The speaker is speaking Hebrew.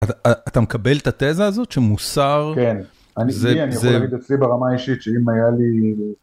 אתה מקבל את התזה הזאת שמוסר... כן, אני, שנייה, אני יכול להגיד אצלי ברמה האישית, שאם היה לי...